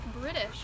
British